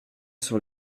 sur